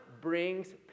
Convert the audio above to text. brings